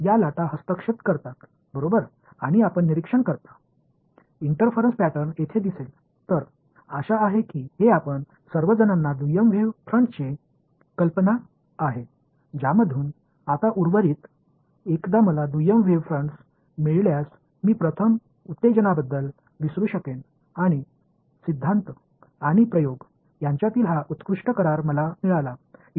எனவே இது உங்கள் அனைவருக்கும் நன்கு தெரிந்த ஒரு இரண்டாம் அலை முன்னணியின் யோசனையாகும் இதிலிருந்து இப்போது மீதமுள்ளவை இரண்டாம் நிலை அலை முனைகளைப் பெற்றவுடன் முதன்மை உற்சாகத்தைப் பற்றி நான் மறந்துவிடலாம் மேலும் கோட்பாட்டிற்கும் சோதனைக்கும் இடையிலான குறுக்கீட்டை விளக்கும் இந்த சிறந்த ஒப்பந்தத்தை நான் பெறுகிறேன்